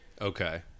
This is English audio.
Okay